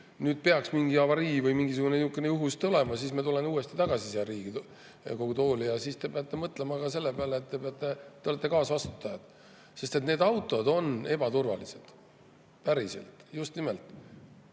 kui peaks mingi avarii või mingisugune niisugune juhus tulema, siis ma tulen uuesti tagasi siia Riigikogu kõnetooli ja siis te peate mõtlema ka selle peale, et te olete kaasvastutajad. Sest need autod on ebaturvalised – päriselt, just nimelt